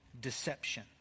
deception